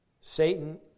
Satan